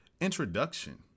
introduction